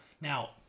Now